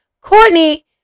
courtney